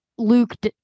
Luke